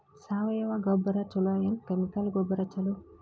ಸಾವಯವ ಗೊಬ್ಬರ ಛಲೋ ಏನ್ ಕೆಮಿಕಲ್ ಗೊಬ್ಬರ ಛಲೋ?